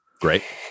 Great